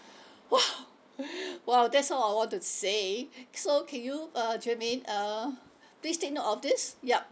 !wow! !wow! that's all I want to say so can you uh jermaine uh please take note of this yup